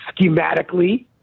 schematically